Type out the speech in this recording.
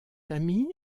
ami